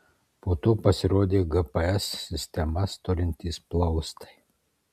po to pasirodė gps sistemas turintys plaustai